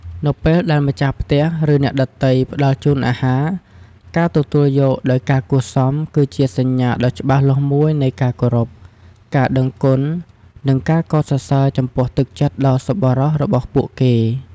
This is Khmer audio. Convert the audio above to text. នៅពេលដែលម្ចាស់ផ្ទះ ឬអ្នកដទៃផ្តល់ជូនអាហារ ការទទួលយកដោយការគួរសម គឺជាសញ្ញាដ៏ច្បាស់លាស់មួយនៃការគោរព ការដឹងគុណ និងការកោតសរសើរចំពោះទឹកចិត្តដ៏សប្បុរសរបស់ពួកគេ។